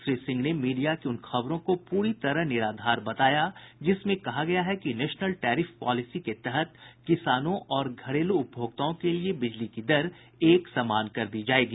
श्री सिंह ने मीडिया की उन खबरों को पूरी तरह निराधार बताया जिसमें कहा गया है कि नेशनल टैरिफ पॉलिसी के तहत किसानों और घरेलू उपभोक्ताओं के लिए बिजली की दर एक समान कर दी जायेगी